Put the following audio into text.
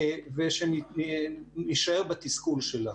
ושנישאר בתסכול.